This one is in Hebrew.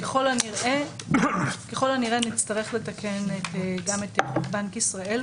ככל הנראה נצטרך לתקן גם את חוק בנק ישראל,